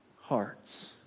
hearts